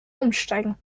umsteigen